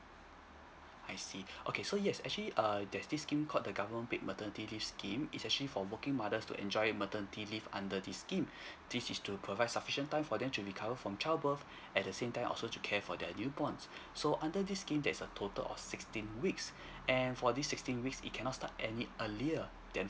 I see okay so yes actually err there's this scheme called the government paid maternity leave scheme is actually for working mothers to enjoy maternity leave under this scheme this is to provide sufficient time for them to recover from child birth at the same time also to care for the newborn so under this scheme there's a total of sixteen weeks and for this sixteen weeks it cannot start any earlier than